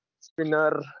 spinner